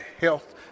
health